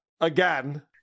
again